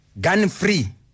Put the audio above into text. gun-free